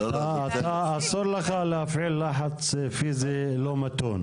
אסור לך להפעיל לחץ פיזי לא מתון.